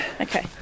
Okay